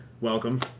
Welcome